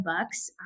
bucks